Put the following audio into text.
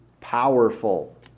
powerful